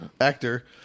actor